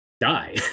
die